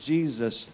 Jesus